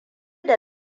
da